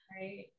right